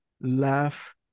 laugh